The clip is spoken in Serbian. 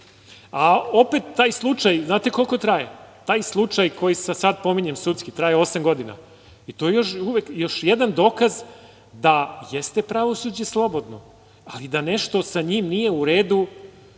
a opet taj slučaj znate li koliko traje? Taj slučaj koji sad pominjem, sudski, traje osam godina i to je još jedan dokaz da jeste pravosuđe slobodno, ali da nešto sa njim nije u redu.